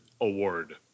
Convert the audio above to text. Award